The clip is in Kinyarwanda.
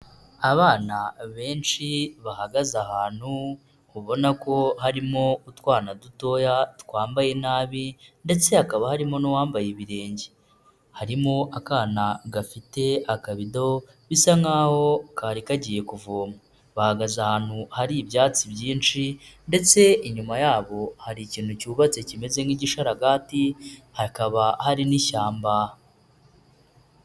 Abana benshi bahagaze ahantu ubona ko harimo utwana dutoya twambaye nabi ndetse hakaba harimo n'uwambaye ibirenge, harimo akana gafite akabido bisa nkaho kari kagiye kuvoma, bahagaze ahantu hari ibyatsi byinshi ndetse inyuma yabo hari ikintu cyubatse kimeze nk'igisharagati hakaba hari n'ishyamba.